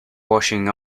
washing